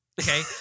Okay